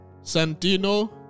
Santino